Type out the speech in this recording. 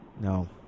No